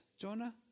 Jonah